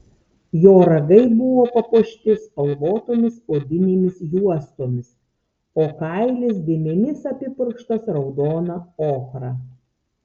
jo ragai buvo papuošti spalvotomis odinėmis juostomis o kailis dėmėmis apipurkštas raudona ochra